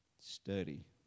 Study